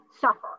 suffer